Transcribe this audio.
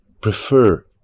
prefer